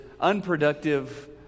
unproductive